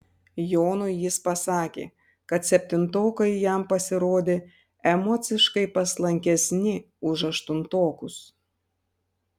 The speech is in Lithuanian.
jonui jis pasakė kad septintokai jam pasirodė emociškai paslankesni už aštuntokus